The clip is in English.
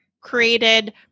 created